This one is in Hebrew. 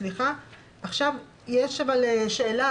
יש שאלה.